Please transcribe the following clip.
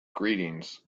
greetings